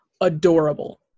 adorable